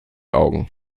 augen